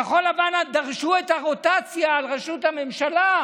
כחול לבן דרשו את הרוטציה על ראשות הממשלה.